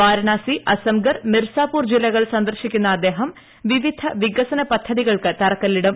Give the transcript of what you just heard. വാരണാസി അസംഗർ മിർസാപൂർ ജില്ലകൾ സന്ദർശിക്കുന്ന അദ്ദേഹം വിവിധ വികസന പദ്ധതികൾക്ക് തറക്കല്ലിടും